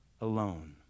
alone